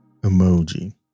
emoji